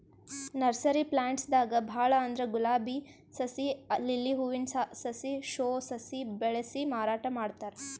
nursery plants ದಾಗ್ ಭಾಳ್ ಅಂದ್ರ ಗುಲಾಬಿ ಸಸಿ, ಲಿಲ್ಲಿ ಹೂವಿನ ಸಾಸ್, ಶೋ ಸಸಿ ಬೆಳಸಿ ಮಾರಾಟ್ ಮಾಡ್ತಾರ್